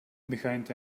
behind